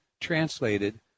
translated